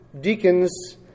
deacons